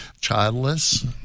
childless